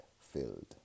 filled